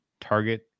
target